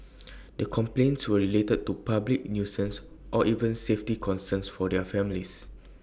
the complaints were related to public nuisance or even safety concerns for their families